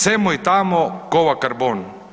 Semo i tamo, kova- karbon.